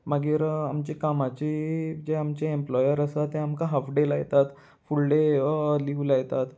मागीर आमचे कामाची जे आमचे एम्प्लॉयर आसा ते आमकां हाफ डे लायतात फूल डे लीव लायतात